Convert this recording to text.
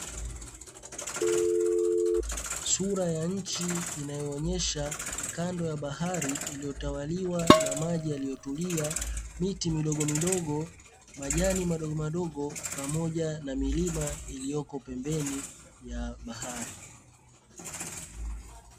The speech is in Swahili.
Sura ya nchi inayoonesha kando ya bahari iliyotawaliwa na maji yaliyotulia, miti midogo midogo, majani madogo madogo pamoja na milima ilioko pembeni ya bahari.